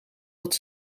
dat